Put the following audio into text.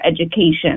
education